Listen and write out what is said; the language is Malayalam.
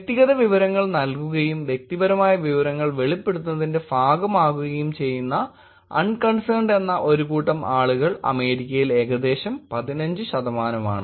വ്യക്തിഗത വിവരങ്ങൾ നൽകുകയും വ്യക്തിപരമായ വിവരങ്ങൾ വെളിപ്പെടുത്തുന്നതിന്റെ ഭാഗമാകുകയും ചെയ്യുന്ന അൺകൺസേൺഡ് എന്ന ഒരു കൂട്ടം ആളുകൾ അമേരിക്കയിൽ ഏകദേശം 15 ശതമാനമാണ്